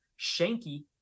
Shanky